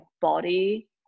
body